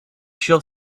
shall